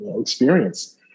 experience